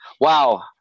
wow